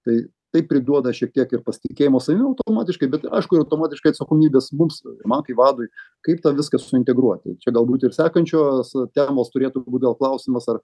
tai tai priduoda šiek tiek ir pasitikėjimo savim automatiškai bet aišku ir automatiškai atsakomybės mums man kaip vadui kaip tą viską suintegruoti čia galbūt ir sekančios temos turėtų būt gal klausimas ar